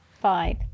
Five